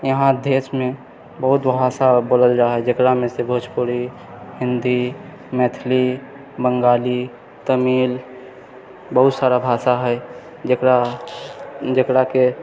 यहाँ देशमे बहुत भाषा बोले जाइ हइ जकरामे भोजपुरी हिंदी मैथिली बङ्गाली तमिल बहुत सारा भाषा हइ जकरा जकराके